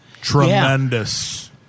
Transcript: Tremendous